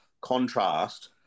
contrast